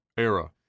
era